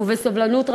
ובסובלנות רבה,